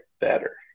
better